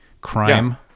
crime